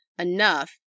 enough